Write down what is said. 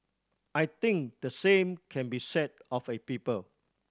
I think the same can be said of a people